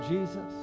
Jesus